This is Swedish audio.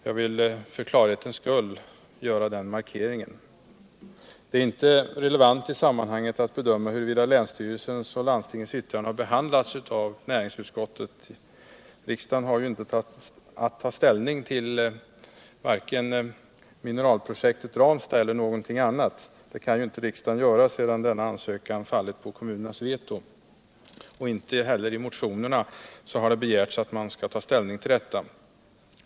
Jag vill för klarhetens skull göra den markeringen. Det är inte relevant i sammanhanget att bedöma huruvida länsstyrelsens och landstingets yttrande har behandlats av näringsutskottet. Riksdagen har ju inte att ta ställning till vare sig Mineralprojekt Ranstad eller någonting annat. Det kan riksdagen inte göra sedan denna ansökan fallit på kommunernas veto. Inte heller i motionerna har det begärts att riksdagen skall ta ställning till detta.